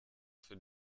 für